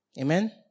Amen